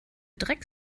dreck